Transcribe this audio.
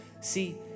See